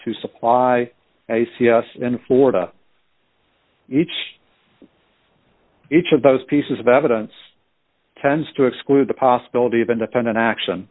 to supply a c s in florida each each of those pieces of evidence tends to exclude the possibility of independent action